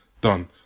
done